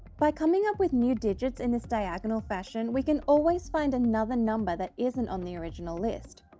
by coming up with new digits in this diagonal fashion we can always find another number that isn't on the original list,